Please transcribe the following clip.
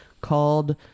called